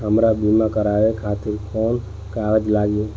हमरा बीमा करावे खातिर कोवन कागज लागी?